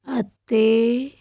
ਅਤੇ